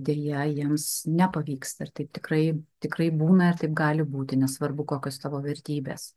deja jiems nepavyksta ir taip tikrai tikrai būna ir taip gali būti nesvarbu kokios tavo vertybės